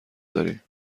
داریم